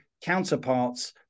Counterparts